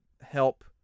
help